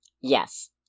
Yes